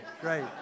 Great